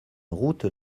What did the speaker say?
route